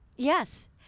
Yes